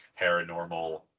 paranormal